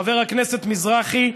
חבר הכנסת מזרחי,